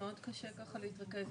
מאוד קשה ככה להתרכז.